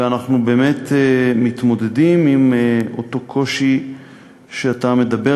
ואנחנו באמת מתמודדים עם אותו קושי שאתה מדבר